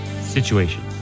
situation